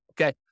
okay